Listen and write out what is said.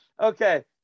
Okay